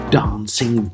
dancing